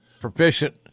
proficient